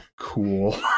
Cool